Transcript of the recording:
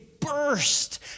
burst